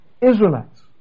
Israelites